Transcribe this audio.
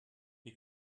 wie